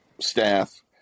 staff